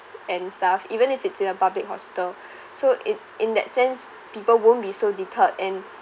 and stuff even if it's in a public hospital so it in that sense people won't be so deterred in